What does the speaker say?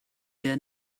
der